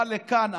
בא לכאן,